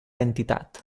entitat